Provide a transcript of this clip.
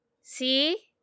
See